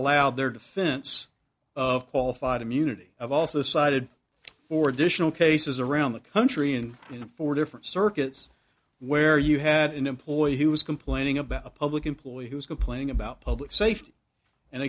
allowed their defense of qualified immunity i've also cited for additional cases around the country and in four different circuits where you had an employee who was complaining about a public employee who was complaining about public safety and